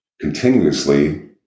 continuously